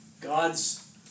God's